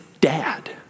dad